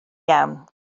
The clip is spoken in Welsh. iawn